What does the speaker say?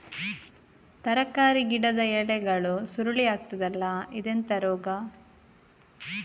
ತರಕಾರಿ ಗಿಡದ ಎಲೆಗಳು ಸುರುಳಿ ಆಗ್ತದಲ್ಲ, ಇದೆಂತ ರೋಗ?